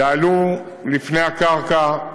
יעלו לפני הקרקע,